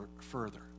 further